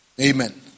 amen